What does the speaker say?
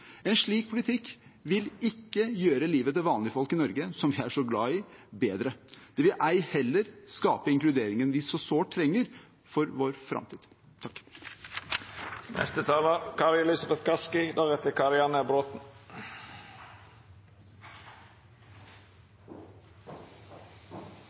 En slik politikk vil ikke gjøre livet til vanlige folk i Norge, som vi er så glad i, bedre. Det vil ei heller skape inkluderingen vi så sårt trenger for vår framtid.